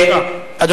אולי בכנסת הבאה.